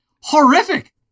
horrific